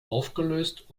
aufgelöst